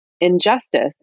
injustice